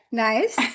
nice